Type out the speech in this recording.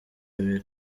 abiri